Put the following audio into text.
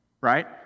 right